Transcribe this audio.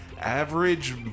average